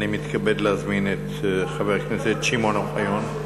אני מתכבד להזמין את חבר הכנסת שמעון אוחיון.